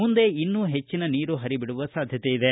ಮುಂದೆ ಇನ್ನೂ ಹೆಚ್ಚಿನ ನೀರು ಹರಿಬಿಡುವ ಸಾಧ್ಯತೆಯಿದೆ